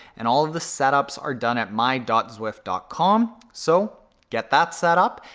and all of the setups are done at my dot zwift dot com. so, get that set up,